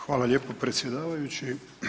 Hvala lijepo predsjedavajući.